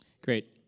Great